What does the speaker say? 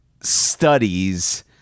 studies